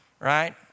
Right